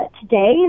today